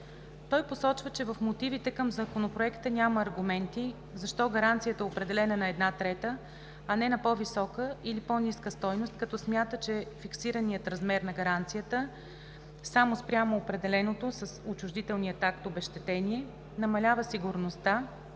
Той посочва, че в мотивите към Законопроекта няма аргументи защо гаранцията е определена на една трета, а не на по-висока или по ниска стойност, като смята, че фиксираният размер на гаранцията само спрямо определеното с отчуждителния акт обезщетение намалява сигурността,